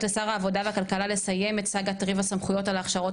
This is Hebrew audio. לשר הכלכלה והעבודה לסיים את סאגת ריב הסמכויות על ההכשרות